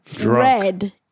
red